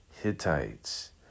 Hittites